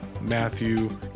matthew